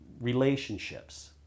Relationships